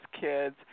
kids